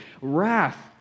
Wrath